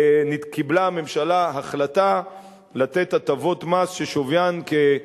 קיבלה הממשלה החלטה לתת הטבות מס ששוויין כ-,